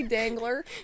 Dangler